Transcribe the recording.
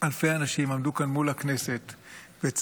אלפי אנשים עמדו כאן מול הכנסת וצעקו,